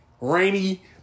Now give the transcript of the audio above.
rainy